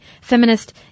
feminist